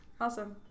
Awesome